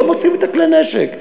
לא מוצאים את כלי הנשק,